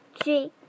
three